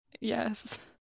Yes